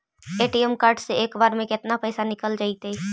ATM card से एक बार में केतना पैसा निकल जइतै?